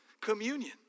communion